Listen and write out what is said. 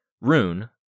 Rune